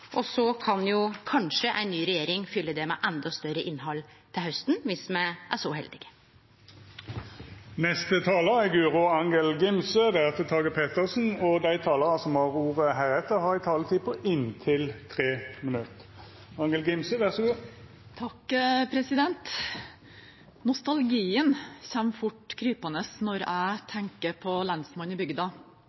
og så kan jo kanskje ei ny regjering fylle det med endå større innhald til hausten dersom me er så heldige. Dei talarane som heretter får ordet, har ei taletid på inntil 3 minutt. Nostalgien kommer fort krypende når jeg tenker på lensmannen i bygda.